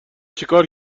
چیکار